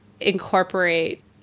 incorporate